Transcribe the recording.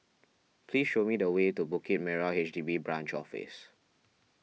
please show me the way to Bukit Merah H D B Branch Office